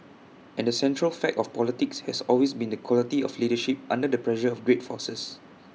and the central fact of politics has always been the quality of leadership under the pressure of great forces